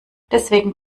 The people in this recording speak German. deswegen